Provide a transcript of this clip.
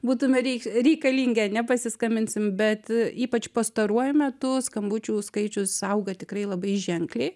būtume reikalingi ane pasiskambinsim bet ypač pastaruoju metu skambučių skaičius auga tikrai labai ženkliai